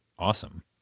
Awesome